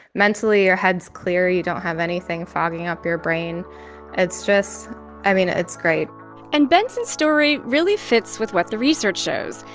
mentally, your head's clear, you don't have anything fogging up your brain it's just i mean, it's great and benson's story really fits with what the research shows.